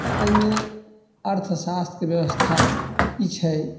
तऽ अइमे अर्थशास्त्र व्यवस्था ई छै